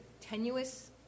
tenuous